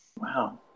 Wow